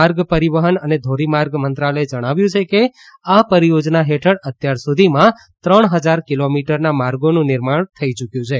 માર્ગ પરિવહન અને ધોરમાર્ગ મંત્રાલયે જણાવ્યું છે કે આ પરિયોજના હેઠળ અત્યારસુધીમાં ત્રણ હજાર કિલોમીટરના માર્ગોનું નિર્માણ કરાઇ યૂક્યું છે